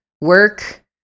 work